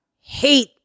hate